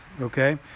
Okay